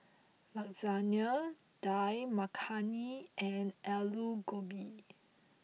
Lasagna Dal Makhani and Alu Gobi